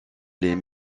les